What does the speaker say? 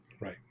Right